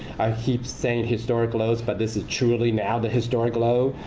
i keep saying historic lows, but this is truly now the historic low